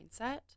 mindset